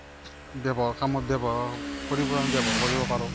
ব্যৱহাৰ কামত ব্যৱহাৰ খৰিবোৰ আমি ব্যৱহাৰ কৰিব পাৰোঁ